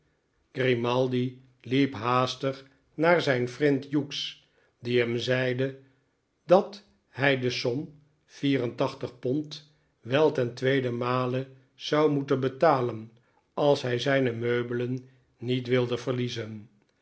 grimaldi hep haastig naar zijn vriend hughes die hem zeide dat hij de som pond wel ten tweeden male zou moeten betalen als hij zijne meubelen niet wilde verliezen